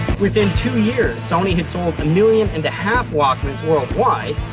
within two years, sony had sold a million-and-a-half walkmans worldwide,